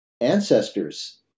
ancestors